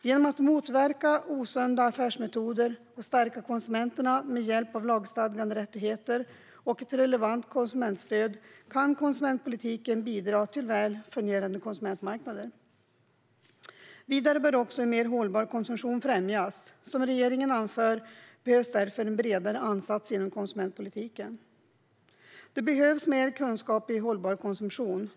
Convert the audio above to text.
Genom att motverka osunda affärsmetoder och stärka konsumenterna med hjälp av lagstadgade rättigheter och ett relevant konsumentstöd kan konsumentpolitiken bidra till väl fungerande konsumentmarknader. Vidare bör en mer hållbar konsumtion främjas. Som regeringen anför behövs därför en bredare ansats inom konsumentpolitiken. Det behövs mer kunskap om hållbar konsumtion.